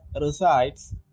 resides